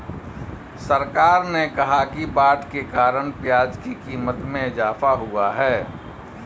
सरकार ने कहा कि बाढ़ के कारण प्याज़ की क़ीमत में इजाफ़ा हुआ है